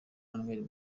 emmanuel